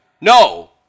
No